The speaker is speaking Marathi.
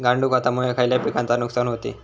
गांडूळ खतामुळे खयल्या पिकांचे नुकसान होते?